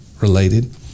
related